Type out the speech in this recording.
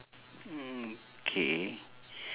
mm K